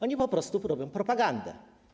Oni po prostu robią propagandę.